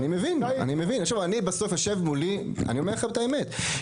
אני אומר לכם את האמת,